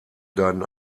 deinen